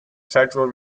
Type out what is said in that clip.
federal